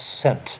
sent